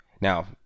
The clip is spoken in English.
Now